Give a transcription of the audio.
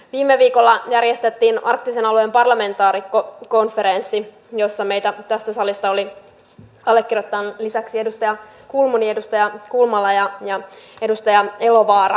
viime viikolla järjestettiin arktisen alueen parlamentaarikkokonferenssi jossa meitä tästä salista oli allekirjoittaneen lisäksi edustaja kulmuni edustaja kulmala ja edustaja elovaara